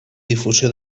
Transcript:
difusió